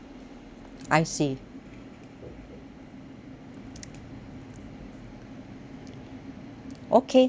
I see okay can